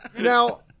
Now